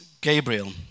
Gabriel